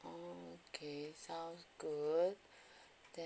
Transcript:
okay sounds good then